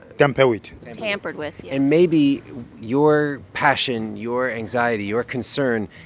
tamper with tampered with and maybe your passion, your anxiety, your concern,